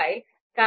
ahp માં રસ છે